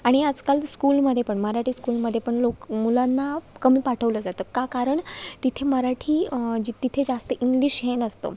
आणि आजकाल स्कूलमध्ये पण मराठी स्कूलमध्ये पण लोक मुलांना कमी पाठवलं जातं का कारण तिथे मराठी जी तिथे जास्त इंग्लिश हे नसतं